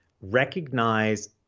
Recognize